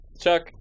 Chuck